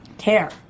care